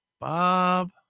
Bob